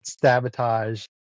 sabotage